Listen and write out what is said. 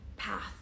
path